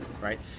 right